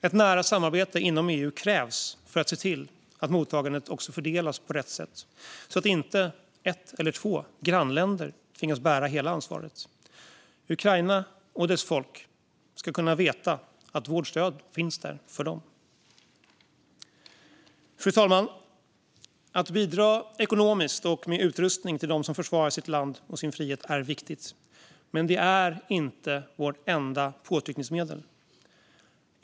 Ett nära samarbete inom EU krävs för att se till att mottagandet fördelas på rätt sätt så att inte ett eller två grannländer tvingas bära hela ansvaret. Ukraina och dess folk ska veta att vårt stöd finns där för dem. Fru talman! Att bidra ekonomiskt och med utrustning till dem som försvarar sitt land och sin frihet är viktigt, men det är inte vårt enda påtryckningsmedel.